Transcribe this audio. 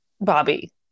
Bobby